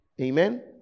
Amen